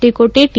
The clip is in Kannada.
D Kote T